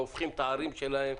והופכים את הערים שלהם.